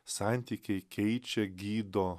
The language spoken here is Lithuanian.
santykiai keičia gydo